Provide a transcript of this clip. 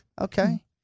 Okay